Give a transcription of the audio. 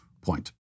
point